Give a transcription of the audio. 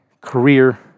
career